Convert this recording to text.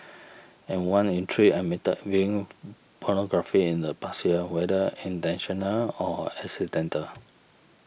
and one in three admitted viewing pornography in the past year whether intentional or accidental